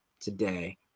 today